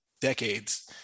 decades